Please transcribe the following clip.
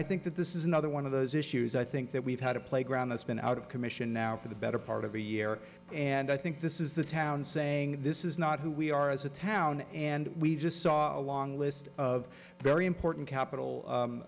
i think that this is another one of those issues i think that we've had a playground that's been out of commission now for the better part of a year and i think this is the town saying this is not who we are as a town and we just saw a long list of very important